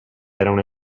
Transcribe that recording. erano